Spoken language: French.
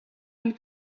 une